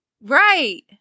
Right